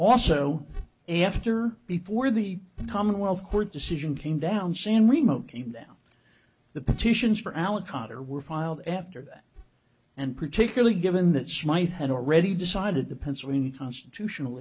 also after before the commonwealth court decision came down sand remote came down the petitions for alan carter were filed after that and particularly given that smyth had already decided to pencil in constitutional